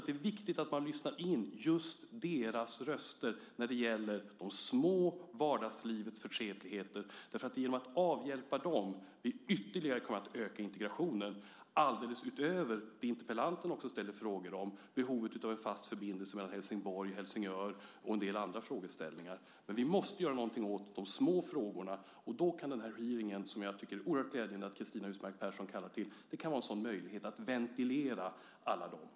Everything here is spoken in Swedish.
Det är viktigt att man lyssnar in just deras röster när det gäller vardagslivets små förtretligheter. Det är genom att avhjälpa dem vi ytterligare kommer att öka integrationen alldeles utöver det interpellanten ställde frågor om, nämligen behovet av en fast förbindelse mellan Helsingborg och Helsingör och en del andra frågeställningar. Vi måste göra någonting åt de små frågorna. Då kan hearingen - som jag tycker att det är oerhört glädjande att Cristina Husmark Pehrsson kallar till - vara en sådan möjlighet att ventilera de frågorna.